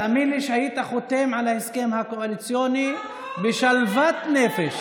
תאמין לי שהיית חותם על ההסכם הקואליציוני בשלוות נפש.